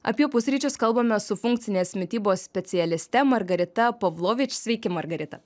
apie pusryčius kalbamės su funkcinės mitybos specialiste margarita pavlovič sveiki margarita